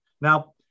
Now